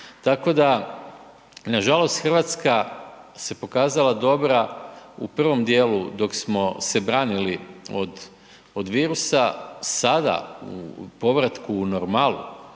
Tako da nažalost RH se pokazala dobra u prvom dijelu dok smo se branili od, od virusa. Sada u povratku u normalu